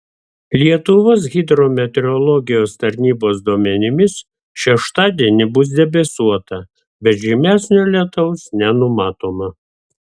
lietuvos hidrometeorologijos tarnybos duomenimis šeštadienį bus debesuota bet žymesnio lietaus nenumatoma